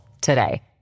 today